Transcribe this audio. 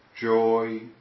joy